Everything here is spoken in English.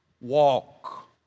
Walk